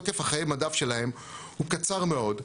תוקף חיי המדף שלהם הוא קצר מאוד.